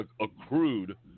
accrued